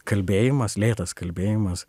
kalbėjimas lėtas kalbėjimas